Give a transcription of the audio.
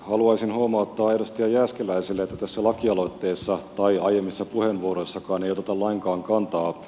haluaisin huomauttaa edustaja jääskeläiselle että tässä lakialoitteessa tai aiemmissa puheenvuoroissakaan ei oteta lainkaan kantaa